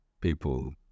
people